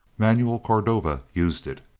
manuel cordova used it.